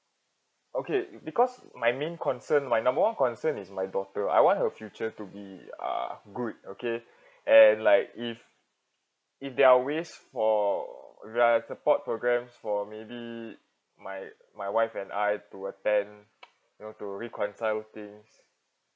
okay because my main concern my number one concern is my daughter I want her future to be uh good okay and like if if there are ways for like support programs for maybe my my wife and I to attend you know to reconcile things